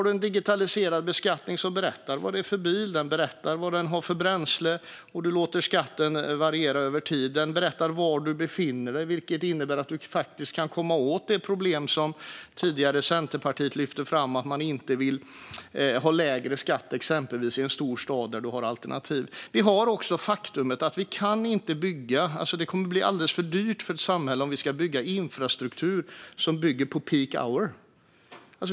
En digitaliserad beskattning berättar vad det är för bil och vad den har för bränsle, och den låter skatten variera över tid. Den berättar var du befinner dig, vilket innebär att du faktiskt kan komma åt det problem som Centerpartiet tidigare lyfte fram - att man inte vill ha lägre skatt exempelvis i en stor stad där det finns alternativ. Vi har också det faktum att det kommer att bli alldeles för dyrt för ett samhälle att bygga infrastruktur som bygger på peak hour.